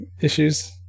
issues